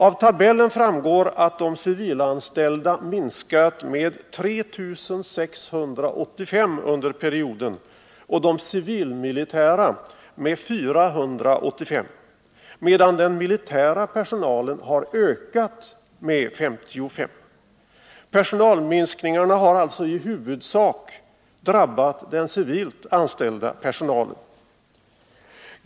Av tabellen framgår att de civilanställda minskat med 3 685 under perioden och de civilmilitära med 485, medan den militära personalen har ökat med 55. Personalminskningarna har alltså i huvudsak drabbat den civilt anställda personalen.